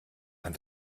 man